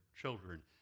children